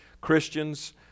christians